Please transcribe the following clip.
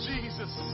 Jesus